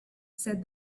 said